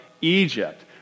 Egypt